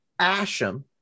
Asham